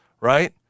right